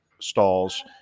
stalls